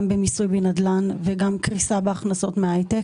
גם במיסוי בנדל"ן וגם קריסה בהכנסות מהייטק